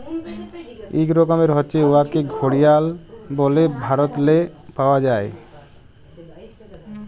ইক রকমের হছে উয়াকে ঘড়িয়াল ব্যলে ভারতেল্লে পাউয়া যায়